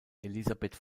elisabeth